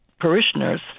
parishioners